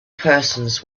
persons